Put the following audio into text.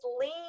lean